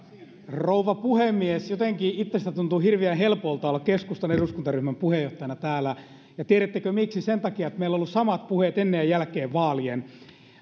rouva puhemies jotenkin itsestäni tuntuu hirveän helpolta olla keskustan eduskuntaryhmän puheenjohtajana täällä ja tiedättekö miksi sen takia että meillä on ollut samat puheet ennen ja jälkeen vaalien